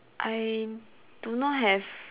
I do not have